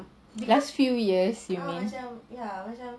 last few years you mean